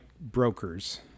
brokers